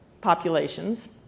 populations